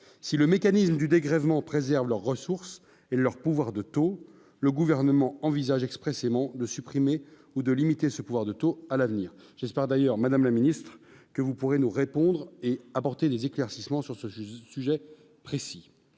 si le mécanisme du dégrèvement préservent leurs ressources et leur pouvoir de taux, le gouvernement envisage expressément de supprimer ou de limiter ce pouvoir de taux à l'avenir, j'espère d'ailleurs, Madame la Ministre, que vous pouvez nous répondre et apporter des éclaircissements sur ce sujet précis,